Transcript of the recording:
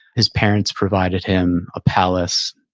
his parents provided him a palace,